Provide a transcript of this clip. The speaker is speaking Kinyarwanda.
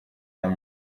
muntu